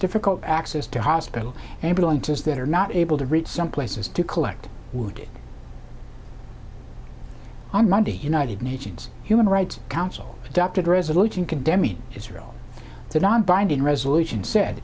difficult access to hospital and ambulances that are not able to reach some places to collect wood on monday united nations human rights council adopted a resolution condemning israel to non binding resolution said